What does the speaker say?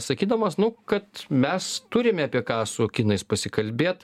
sakydamas nu kad mes turime apie ką su kinais pasikalbėt